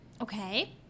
Okay